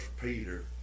Peter